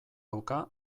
dauka